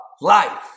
life